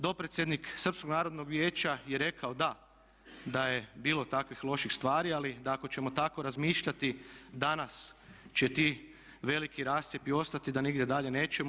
Dopredsjednik Srpskog narodnog vijeća je rekao da, da je bilo takvih loših stvari ali da ako ćemo tako razmišljati danas će ti veliki rascjepi ostati da nigdje dalje nećemo.